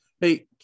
hey